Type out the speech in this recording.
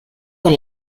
con